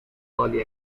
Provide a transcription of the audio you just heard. early